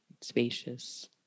spacious